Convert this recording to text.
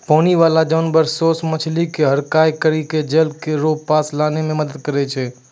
पानी बाला जानवर सोस मछली के हड़काय करी के जाल रो पास लानै मे मदद करै छै